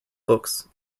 books